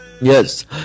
Yes